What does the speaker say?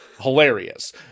hilarious